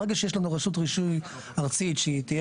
ברגע שיש לנו רשות רישוי ארצית שהיא תהיה